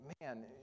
man